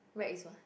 right is what